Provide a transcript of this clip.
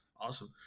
Awesome